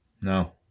No